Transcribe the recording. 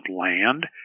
land